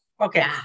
Okay